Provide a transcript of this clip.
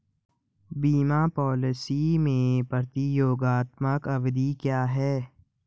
बीमा पॉलिसी में प्रतियोगात्मक अवधि क्या है?